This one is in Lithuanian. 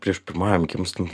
prieš pirmajam gimstan